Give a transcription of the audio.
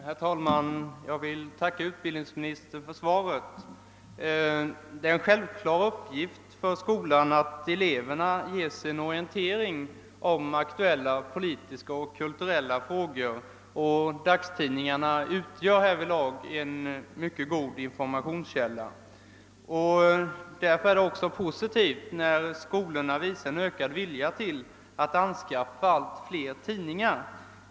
Herr talman! Jag tackar utbildnings "ministern för svaret. Det är en självklar uppgift för skolan att ge eleverna en orientering om aktuella politiska och kulturella frågor. Dagstidningarna utgör härvidlag en mycket god informationskälla. Därför är det också positivt när skolorna visar en ökad vilja till att anskaffa allt fler tidningar.